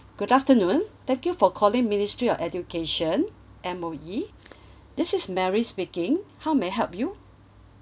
good afternoon thank you for calling ministry of education M_O_E this is mary speaking how may I help you